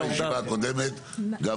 לא, בסוף הישיבה הקודמת הוא